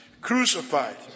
crucified